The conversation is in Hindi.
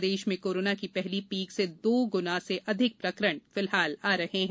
प्रदेश में कोरोना की पहली पीक से दो गुना से अधिक प्रकरण आ रहे हैं